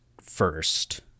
first